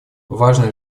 важные